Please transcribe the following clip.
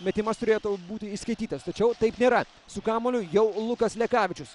metimas turėtų būti įskaitytas tačiau taip nėra su kamuoliu jau lukas lekavičius